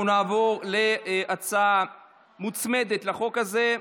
אנחנו נעבור להצעה מוצמדת לחוק הזה,